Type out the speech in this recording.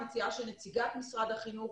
אני מציעה שנציגת משרד החינוך